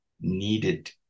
needed